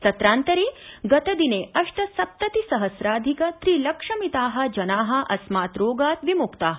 तत्रान्तरे गतदिने अष्ट सप्तति सहस्राधिक त्रि लक्ष मिताः जनाः अस्मात् रोगात् विमुक्ताः